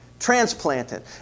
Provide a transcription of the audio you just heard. transplanted